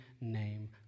name